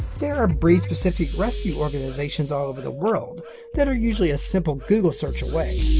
there are breed specific rescue organizations all over the world that are usually a simple google search away.